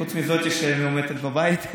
חוץ מזאת שמאומתת ובבית,